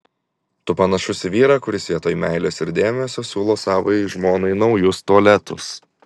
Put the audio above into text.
tu panašus į vyrą kuris vietoj meilės ir dėmesio siūlo savajai žmonai naujus tualetus